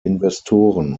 investoren